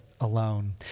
alone